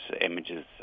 images